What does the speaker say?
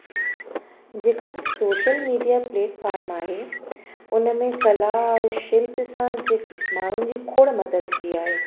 जेका social media platform आहे उन में कला अऊं शिल्प सां जेको माणुन जी खोड़ मदद कई आहे